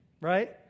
right